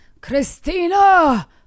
Christina